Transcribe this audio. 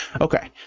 Okay